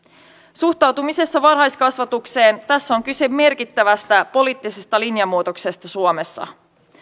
suhtautumisessa varhaiskasvatukseen tässä on kyse merkittävästä poliittisesta linjanmuutoksesta suomessa